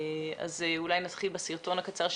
(הקרנת סרטון) באמת מטרות הסרטונים הללו